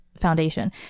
foundation